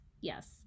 yes